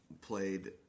Played